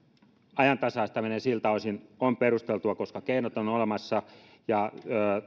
ajantasaistaminen siltä osin on perusteltua keinot ovat olemassa ja